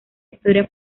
historia